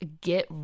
get